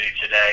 today